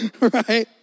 Right